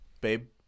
babe